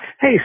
Hey